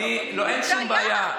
לא, אין שום בעיה.